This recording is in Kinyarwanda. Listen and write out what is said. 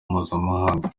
mpuzamahanga